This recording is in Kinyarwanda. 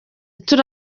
turi